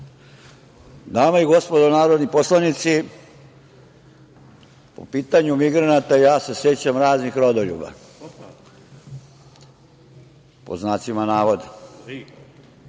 Dame i gospodo narodni poslanici, po pitanju migranata ja se sećam raznih rodoljuba, pod znacima navoda,